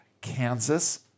Kansas